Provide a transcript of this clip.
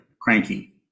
cranky